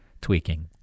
tweaking